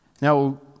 Now